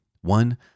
one